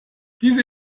diese